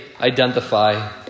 identify